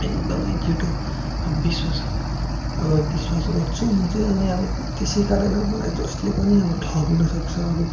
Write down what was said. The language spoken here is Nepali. एकदमै छिट्टो अब विश्वास अब विश्वास गर्छु म चाहिँ अनि अब त्यसै कारण मलाई जसले पनि अब ठग्न सक्छ अब